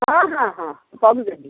ହଁ ହଁ ହଁ କମ୍ ଦେବି